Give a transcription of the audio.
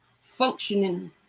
functioning